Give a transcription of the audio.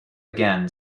again